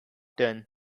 done